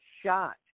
shot